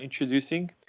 introducing